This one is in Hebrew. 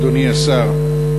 אדוני השר,